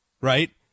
Right